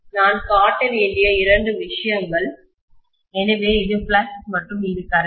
நான் காட்ட வேண்டிய இரண்டு விஷயங்கள் எனவே இது ஃப்ளக்ஸ் மற்றும் இது கரண்ட்